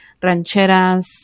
Rancheras